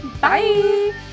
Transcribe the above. Bye